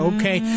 Okay